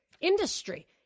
industry